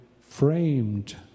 framed